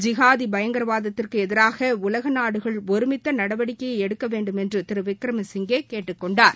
ஜிகாதி பயங்கரவாதத்திற்கு எதிராக உலக நாடுகள் ஒருமித்த நடவடிக்கை எடுக்க வேண்டுமென்று திரு விக்ரமசிங்கே கேட்டுக்கொண்டார்